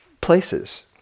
places